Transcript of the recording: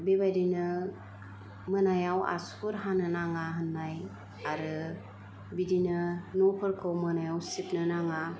बेबायदिनो मोनायाव आसुगुर हानो नाङा होन्नाय आरो बिदिनो न'फोरखौ मोनायाव सिबनो नाङा